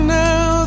now